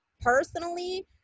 personally